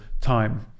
time